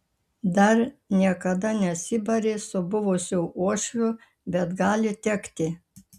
dar niekada nesibarė su buvusiu uošviu bet gali tekti